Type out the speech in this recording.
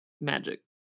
magic